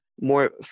more